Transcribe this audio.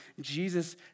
Jesus